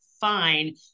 fine